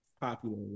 popular